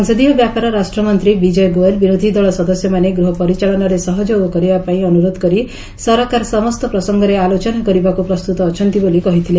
ସଂସଦୀୟ ବ୍ୟାପାର ରାଷ୍ଟ୍ରମନ୍ତ୍ରୀ ବିକୟ ଗୋଏଲ୍ ବିରୋଧି ଦଳ ସଦସ୍ୟମାନେ ଗୃହ ପରିଚାଳନାରେ ସହଯୋଗ କରିବା ପାଇଁ ଅନୁରୋଧ କରି ସରକାର ସମସ୍ତ ପ୍ରସଙ୍ଗରେ ଆଲୋଚନା କରିବାକୁ ପ୍ରସ୍ତୁତ ଅଛନ୍ତି ବୋଲି କହିଥିଲେ